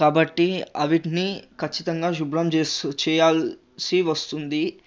కాబట్టి అవిటినీ ఖచ్చితంగా శుభ్రం చేసు చేయాల్సి వస్తుంది